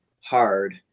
hard